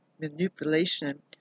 manipulation